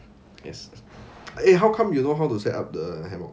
is eh how come you know how to set up the hammock